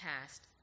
passed